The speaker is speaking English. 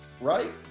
right